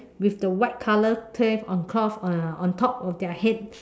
with the white color clay on top of uh on top of their head